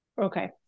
Okay